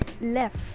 left